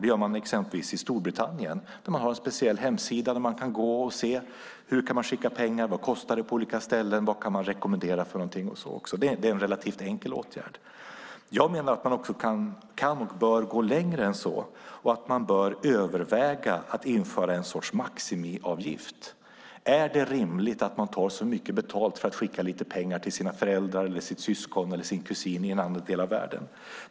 Det gör man exempelvis i Storbritannien, där det finns en speciell hemsida man kan gå in på för att se hur man skickar pengar, vad det kostar på olika ställen, vad som rekommenderas och så vidare. Det är en relativt enkel åtgärd. Jag menar att man också kan och bör gå längre än så. Man bör överväga att införa en sorts maximiavgift. Är det rimligt att man tar så mycket betalt för att skicka lite pengar till sina föräldrar, sitt syskon eller sin kusin i en annan del av världen?